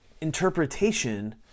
interpretation